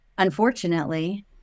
unfortunately